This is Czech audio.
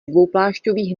dvouplášťových